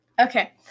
Okay